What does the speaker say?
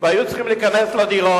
והיו צריכים להיכנס לדירות?